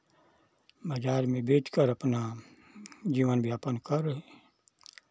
बज़ार में बेच कर अपना जीवन यापन कर रहे हैं